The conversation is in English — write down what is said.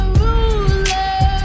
ruler